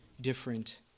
different